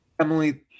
Emily